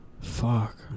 Fuck